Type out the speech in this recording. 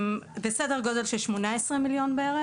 הם בסדר גודל של 18 מיליון שקל.